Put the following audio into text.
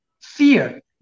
fear